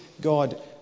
God